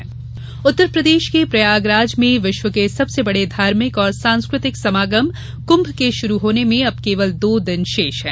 कुम्भ मेला उत्तर प्रदेश के प्रयाग राज में विश्व के सबसे बड़े धार्मिक और सांस्कृतिक समागम कृम्भ के शुरू होने में अब केवल दो दिन शेष हैं